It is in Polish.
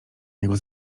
niego